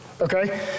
Okay